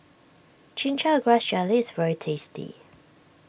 Chin Chow Grass Jelly is very tasty